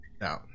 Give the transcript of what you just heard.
No